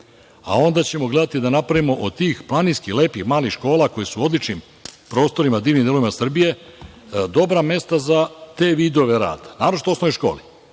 a onda ćemo gledati da napravimo od tih planinskih lepih malih škola, koje su u odličnim prostorima, u divnim predelima Srbije, dobra mesta za te vidove rada, naročito osnovne škole,